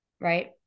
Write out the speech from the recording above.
right